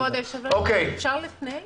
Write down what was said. כבוד היושב-ראש, אפשר לפני?